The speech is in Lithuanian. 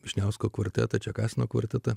vyšniausko kvartetas čekasino kvartetu